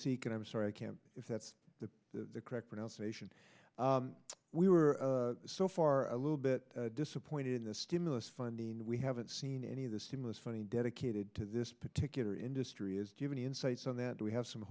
seeking i'm sorry i can't if that's the correct pronunciation we were so far a little bit disappointed in the stimulus funding we haven't seen any of the stimulus funding dedicated to this particular industry is give any insight so that we have some